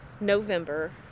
November